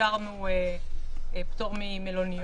כי חשבנו שבכל זאת הסכמה לפיקוח טכנולוגי